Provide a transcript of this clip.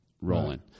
rolling